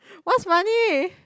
what's funny